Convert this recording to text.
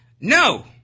No